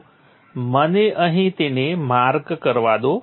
તો મને અહી તેને માર્ક કરવા દો